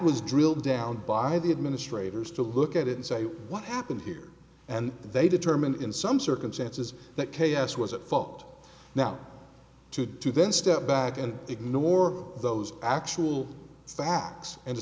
was drilled down by the administrators to look at it and say what happened here and they determine in some circumstances that k s was at fault now to do then step back and ignore those actual facts and